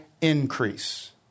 increase